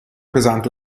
pesante